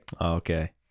Okay